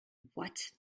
what